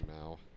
now